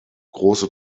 große